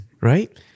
Right